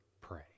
pray